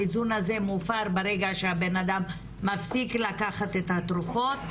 האיזון הזה מופר ברגע שהבן-אדם מפסיק לקחת את התרופות.